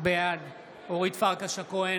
בעד אורית פרקש הכהן,